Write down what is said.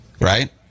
Right